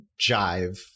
jive